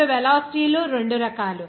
ఇప్పుడు వెలాసిటీ రెండు రకాలు